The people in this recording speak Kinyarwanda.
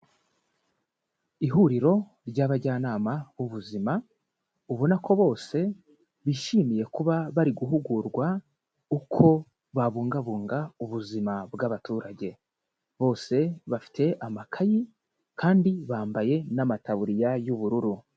Ihuriro ry'abajyanama b'ubuzima, ubona ko bose bishimiye kuba bari guhugurwa uko babungabunga ubuzima bw'abaturage, bose bafite amakayi kandi bambaye n'amataburiya y'ubururu.